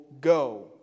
go